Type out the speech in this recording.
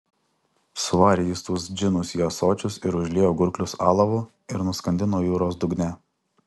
suvarė jis tuos džinus į ąsočius ir užliejo gurklius alavu ir nuskandino jūros dugne